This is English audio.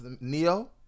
Neo